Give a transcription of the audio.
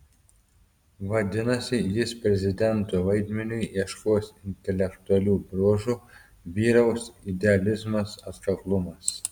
vadinasi jis prezidento vaidmeniui ieškos intelektualių bruožų vyraus idealizmas atkaklumas